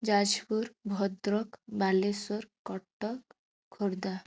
Jajpur Bhadrak Balasore Cuttack Khordha